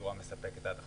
בצורה מספקת עד עכשיו,